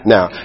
Now